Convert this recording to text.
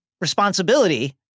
responsibility